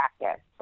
practice